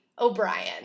O'Brien